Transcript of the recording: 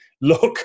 look